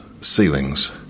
ceilings